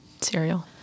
Cereal